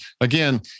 again